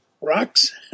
Rocks